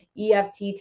EFT